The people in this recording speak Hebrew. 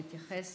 נתייחס